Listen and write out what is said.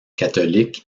catholique